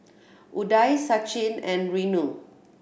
Udai Sachin and Renu